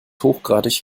hochgradig